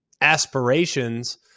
aspirations